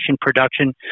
production